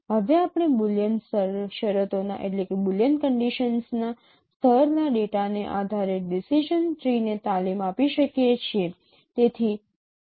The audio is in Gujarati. હવે આપણે બુલિયન શરતોના સ્તરના ડેટાને આધારે ડિસિજન ટ્રી ને તાલીમ આપી શકીએ છીએ